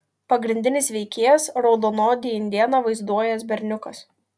pagrindinis veikėjas raudonodį indėną vaizduojąs berniukas